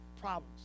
problems